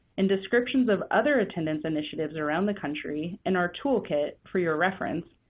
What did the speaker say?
and descriptions of other attendance initiatives around the country, and our toolkit for your reference,